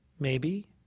maybe.